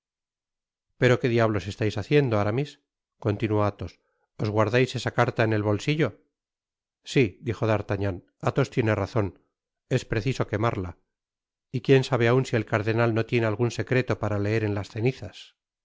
pero qué diablos estais haciendo aramis continuó athos os guardais esa carta en el bolsillo si dijo d'artagnan athos tiene razon es preciso quemarla y quien sabe aun si el cardenal no tiene algun secreto para leer en las cenizas